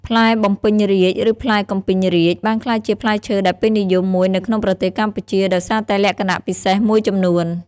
ផ្លែបំពេញរាជ្យ ឬផ្លែកំពីងរាជ បានក្លាយជាផ្លែឈើដែលពេញនិយមមួយនៅក្នុងប្រទេសកម្ពុជាដោយសារតែលក្ខណៈពិសេសមួយចំនួន។